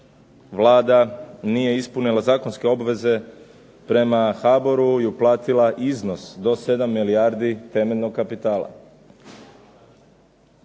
Vlada nije ispunila zakonske obveze prema HABOR-u i uplatila iznos do 7 milijardi temeljnog kapitala